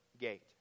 gate